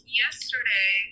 yesterday